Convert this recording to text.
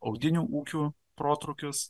audinių ūkių protrūkius